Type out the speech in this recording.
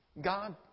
God